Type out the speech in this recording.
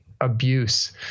abuse